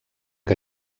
que